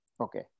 Okay